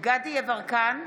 דסטה גדי יברקן,